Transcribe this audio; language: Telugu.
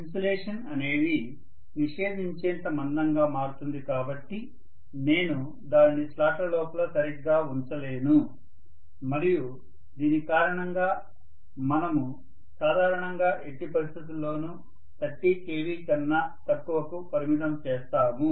ఇన్సులేషన్ అనేది నిషేధించేంత మందంగా మారుతుంది కాబట్టి నేను దానిని స్లాట్ల లోపల సరిగ్గా ఉంచలేను మరియు దీని కారణంగా మనము సాధారణంగా ఎట్టి పరిస్థితుల్లోనూ 30 kV కన్నా తక్కువకు పరిమితం చేస్తాము